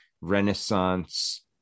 Renaissance